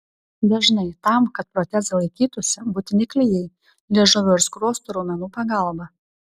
dažnai tam kad protezai laikytųsi būtini klijai liežuvio ir skruostų raumenų pagalba